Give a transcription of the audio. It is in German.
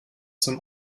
zum